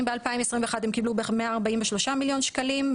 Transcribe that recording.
אם ב-2021 הם קיבלו בערך 143 מיליון שקלים,